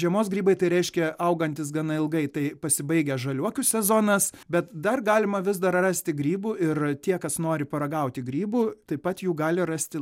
žiemos grybai tai reiškia augantys gana ilgai tai pasibaigia žaliuokių sezonas bet dar galima vis dar rasti grybų ir tie kas nori paragauti grybų taip pat jų gali rasti